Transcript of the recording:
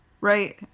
Right